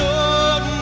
Lord